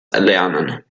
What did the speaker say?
erlernen